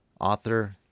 author